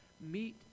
meet